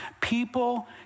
People